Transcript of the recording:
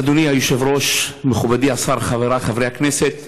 אדוני היושב-ראש, מכובדי השר, חבריי חברי הכנסת,